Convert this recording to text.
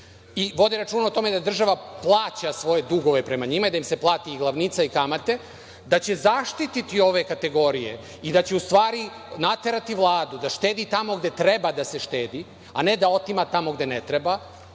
i vode računa o tome da država plaća svoje dugove prema njima i da im se plati i glavnica i kamate, da će zaštiti ove kategorije i da će u stvari naterati Vladu da štedi tamo gde treba da se štedi, a ne da otima tamo gde ne treba,